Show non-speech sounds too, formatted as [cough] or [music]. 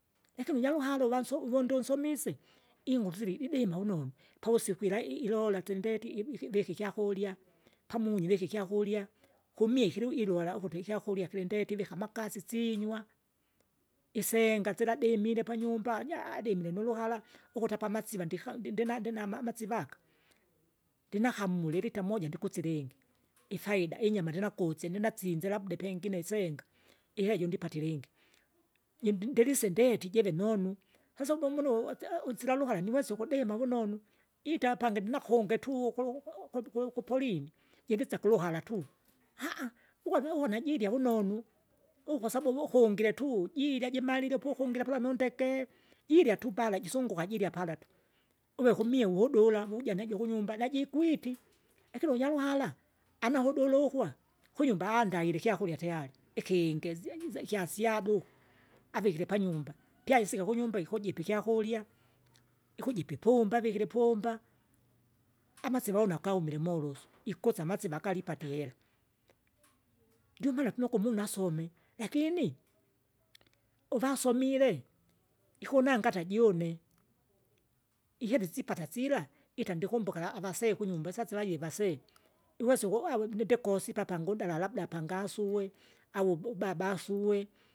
Lakini unyaruhara uwansu uvundo unsomise, ingufili idima unonu, povosikwilai ilola silindeti iviki vika ikyakurya, pamunyi ivika ikyakurya, [noise] kumie ikilui ilola ukuti ikyarya kilindeti vika amakasi sisnywa, isenga siladimile panyumba, anya- adimile nuluhala, ukuta apamasiva ndika ndindina ndina ama- amasivaka. Ndinakamuli ilita moja ndikusi ilingi, ifaida inyama ndinakusye ndinasinzira labda ipengine isenga, ihera ijo ndipatile ilingi, jindi ndelise ndeti jive nonu, hasa umumunu usi- unsila luhala niwesa ukudima vunonu, ita apande ndinakunge tuwo kulu uku ukumbe kuli kupolini, jingisya kuluhara tu, [hesitation] ugwava uona jirya vunonu, ukwasabu uvu ukungire tu jirya jimalile po ukungira pala mundeke. Jirya tu pala jisunguka jirya pala tuku. Uve kumie uhudula, uwuja najo kunyumba, najikwiti, lakini unyaluhara? anauhudulukwa, kunyumba andaile ikyakurya tayari, ikingezie jiza ikyasyadu, [noise] avikire panymba [noise] pyaisike kunyumba ikujipa ikyakurya, ikujipa ipumba avikire ipumba. Amasiva ona akaumile morosu [noise] ikusa amasiva gala ipatie ihera. Ndiomaana tunoku umunu asome, lakini, uvasomile, ikunanga ata june, ihera isipata sila, ita ndikumbukira avasee kunyumba, syasivavie vasee [noise] iwesa uku avo nindekosipa apa ngundala labda apangasuwe, au ubaba asue.